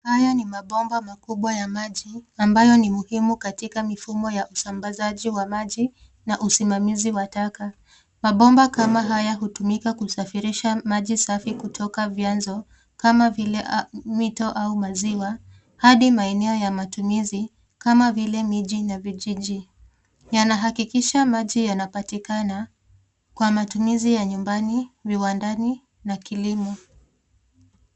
Haya ni mapomba makubwa ya maji ambayo ni muhimu katika mifumo wa usambazaji wa maji na usimamizi wa taka. Mapomba kama haya utumika kusafirisha maji safi kutoka vianzo kama vile mito au maziwa hadi maeneo ya matumizi kama vile miji na vijiji. Yanaakikisha maji yanapatikana kwa matumizi ya nyumbani viwandani na kilimo.